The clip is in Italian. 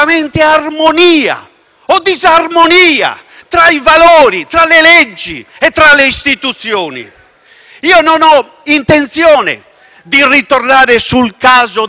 le leggi e le istituzioni. Io non ho intenzione di ritornare sul caso dei trattati internazionali, ma possiamo essere tutti d'accordo